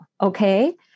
okay